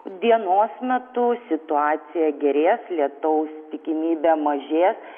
dienos metu situacija gerės lietaus tikimybė mažės